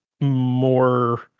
more